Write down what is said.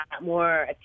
more